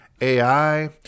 ai